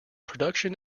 production